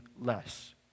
less